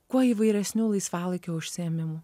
kuo įvairesnių laisvalaikio užsiėmimų